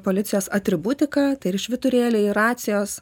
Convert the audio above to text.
policijos atributika tai ir švyturėliai racijos